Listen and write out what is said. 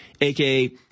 aka